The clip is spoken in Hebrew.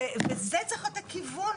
זה צריך להיות הכיוון.